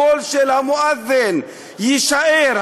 הקול של המואזין יישאר,